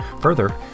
Further